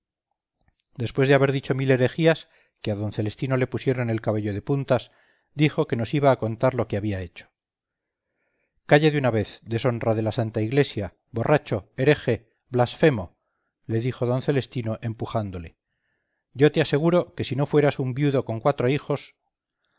después de haber dicho mil herejías que a d celestino le pusieron el cabello de puntas dijo que nos iba a contar lo que había hecho calla de una vez deshonra de la santa iglesia borracho hereje blasfemo le dijo d celestino empujándole yo te aseguro que si no fueras un viudo con cuatro hijos